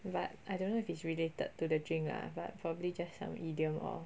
but I don't know if it's related to the drink lah but probably just some idiom or